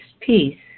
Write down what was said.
peace